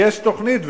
יש תוכנית,